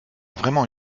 vraiment